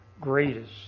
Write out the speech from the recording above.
greatest